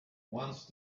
once